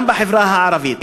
גם בחברה הערבית.